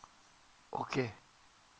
okay